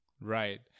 right